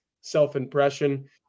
self-impression